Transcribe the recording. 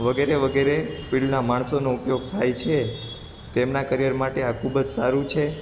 વગેરે વગેરે ફિલના માણસોનો ઉપયોગ થાય છે તેમના કરિયર માટે આ ખૂબ જ સારું છે